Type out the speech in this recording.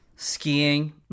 Skiing